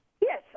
Yes